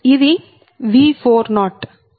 ఇది V40